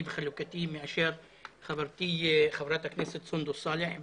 וחלוקתי מאשר חברתי חברת הכנסת סונדוס סאלח.